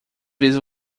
vezes